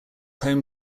home